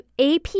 AP